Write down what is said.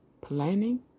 planning